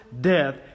death